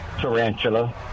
tarantula